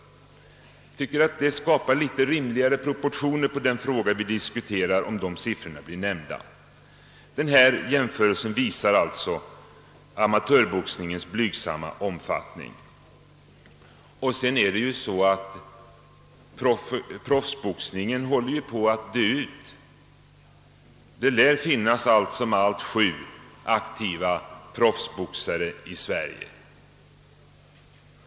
Jag tycker att dessa siffror ger litet rimligare proportioner på de frågor vi diskuterar. Denna jämförelse visar alltså amatörboxningens blygsamma omfattning. Proffsboxningen håller ju på att dö ut. Det lär finnas allt som allt sju aktiva proffsboxare i Sverige.